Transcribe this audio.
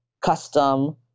custom